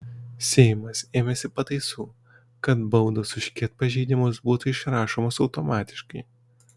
seimas ėmėsi pataisų kad baudos už ket pažeidimus būtų išrašomos automatiškai